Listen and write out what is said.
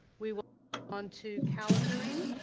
we will on to calendaring